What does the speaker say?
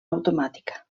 automàtica